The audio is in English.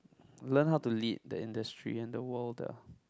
learn how to lead the industry and the world the